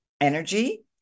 energy